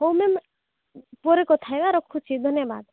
ହଉ ମ୍ୟାମ୍ ପରେ କଥା ହେବା ରଖୁଛି ଧନ୍ୟବାଦ